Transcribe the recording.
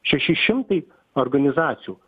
šeši šimtai organizacijų